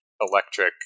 electric